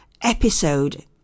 episode